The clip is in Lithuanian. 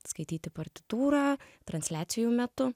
skaityti partitūrą transliacijų metu